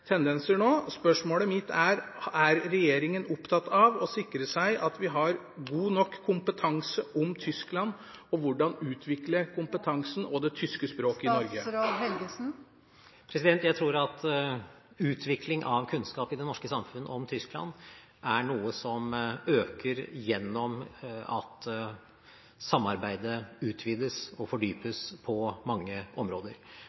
tendenser nå. Spørsmålet mitt er: Er regjeringen opptatt av å sikre seg at vi har god nok kompetanse om Tyskland og det tyske språk i Norge, og hvordan den kompetansen skal utvikles? Jeg tror at utvikling av kunnskap i det norske samfunn om Tyskland er noe som øker gjennom at samarbeidet utvides og fordypes på mange områder,